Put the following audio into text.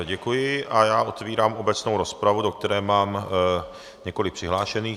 Děkuji a otevírám obecnou rozpravu, do které mám několik přihlášených.